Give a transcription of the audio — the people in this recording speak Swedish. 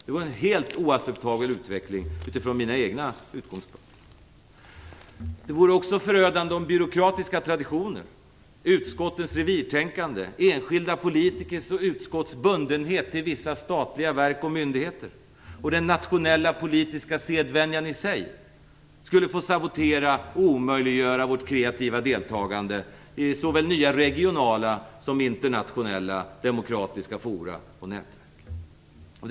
Det vore en helt oacceptabel utveckling utifrån mina egna utgångspunkter. Det vore också förödande om byråkratiska traditioner, utskottens revirtänkande, enskilda politikers och utskotts bundenhet till vissa statliga verk och myndigheter och den nationella politiska sedvänjan i sig skulle få sabotera och omöjliggöra vårt kreativa deltagande i såväl nya regionala som internationella demokratiska fora och nätverk.